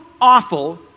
awful